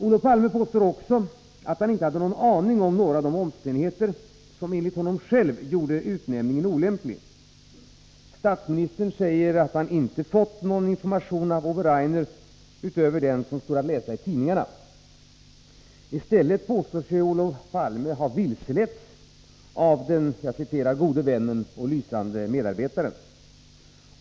Olof Palme påstår också att han inte hade en aning om några av de omständigheter som enligt honom själv gjorde utnämningen olämplig. Statsministern säger att han inte fått någon information av Ove Rainer utöver den som stod att läsa i tidningarna. Han påstår sig i stället ha vilseletts av ”den gode vännen och lysande medarbetaren”.